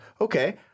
okay